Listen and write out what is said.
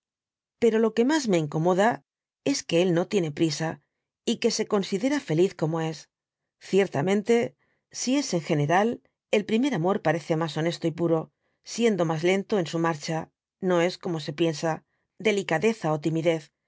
pero lo que mas me incoipoda es que él no tiene priesa y que se considera feliz como es ciertamente si en general el primer amor parece mas honesto y puro siendo mas tentó en su marcha y no es como se piensa delicadeza ó timidez